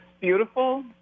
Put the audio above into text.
beautiful